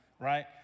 right